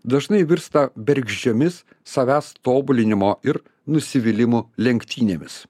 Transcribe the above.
dažnai virsta bergždžiomis savęs tobulinimo ir nusivylimo lenktynėmis